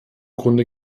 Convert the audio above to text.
grunde